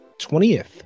20th